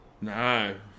No